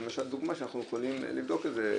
זה למשל דוגמה שאנחנו יכולים לבדוק את זה,